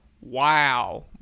wow